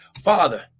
Father